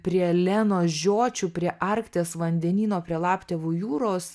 prie lenos žiočių prie arkties vandenyno prie laptevų jūros